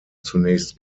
zunächst